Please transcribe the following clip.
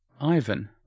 Ivan